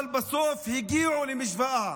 אבל בסוף הגיעו למשוואה.